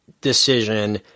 decision